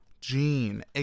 Gene